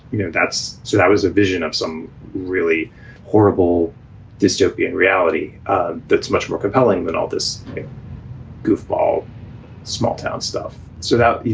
you know that's. so that was a vision of some really horrible dystopian reality ah that's much more compelling than all this goofball small-town stuff. so that, you